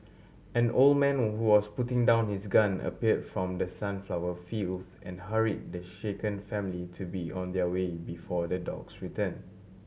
an old man who was putting down his gun appear from the sunflower fields and hurry the shaken family to be on their way before the dogs return